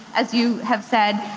as you have said,